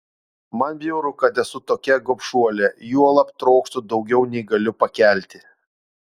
man bjauru kad esu tokia gobšuolė juolab trokštu daugiau nei galiu pakelti